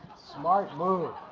smart move.